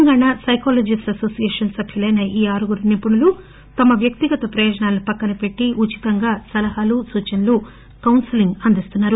Telangana psychologist association సభ్యులైన ఈ ఆరుగురు నిపుణులు తమ వ్యక్తిగత ప్రయోజనాలను పక్కనపెట్టి ఉచితంగా సలహాలు సూచనలు కౌస్పెలింగ్ అందిస్తున్నారు